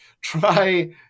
Try